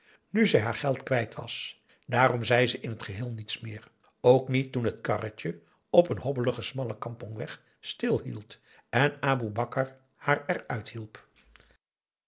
nu zij haar geld kwijt was daarom zei ze in het geheel niets meer ook niet toen het karretje op een hobbeligen smallen kampongweg stilhield en aboe bakar haar eruit hielp